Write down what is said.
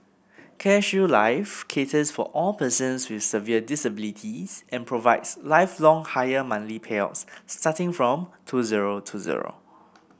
CareShield Life caters for all persons with severe disabilities and provides lifelong higher monthly payouts starting from two zero two zero